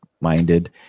minded